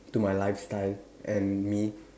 to my lifestyle and me